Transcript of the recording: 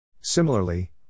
Similarly